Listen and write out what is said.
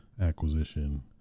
acquisition